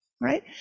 right